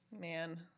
Man